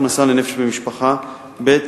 הכנסה לנפש במשפחה, ב.